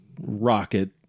rocket